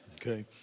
Okay